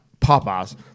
Popeyes